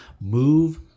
Move